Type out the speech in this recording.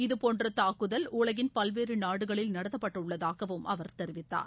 இதேபோன்ற தாக்குதல் உலகின் பல்வேறு நாடுகளில் நடத்தப்பட்டுள்ளதாகவும் அவர் தெரிவித்தார்